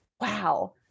wow